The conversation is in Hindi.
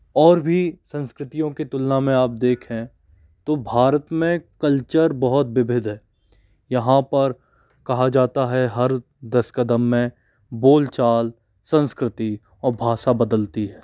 और भी संस्कृतियों के तुलना में आप देखें तो भारत में कल्चर बहुत विविध है यहाँ पर कहा जाता है हर दस क़दम में बोल चाल संस्कृति और भाषा बदलती है